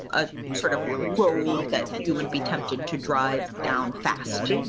a sort of road that you would be tempted to drive down fast.